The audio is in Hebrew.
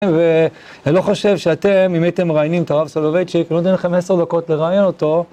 ואני לא חושב שאתם, אם הייתם מראיינים את הרב סולובייצ'יק, אני נותן לכם 10 דקות לרעיין אותו.